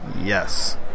Yes